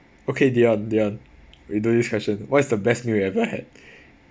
okay dion dion we do this question what is the best meal you ever had